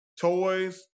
Toys